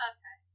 Okay